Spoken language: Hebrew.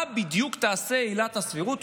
מה בדיוק תעשה עילת הסבירות,